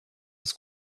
was